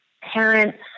parents